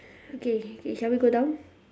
okay okay okay shall we go down